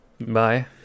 bye